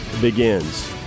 begins